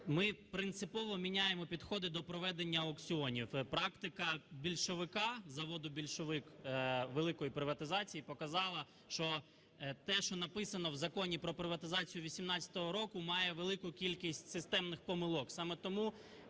Ми принципово міняємо підходи до проведення аукціонів. Практика Більшовика, заводу "Більшовик" великої приватизації показала, що те, що написано в Законі про приватизацію 18-го року, має велику кількість системних помилок.